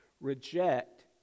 reject